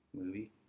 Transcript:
Movie